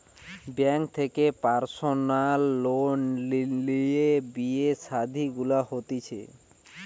bank থেকে personal loan লিয়ে বিয়ে শাদী গুলা হতিছে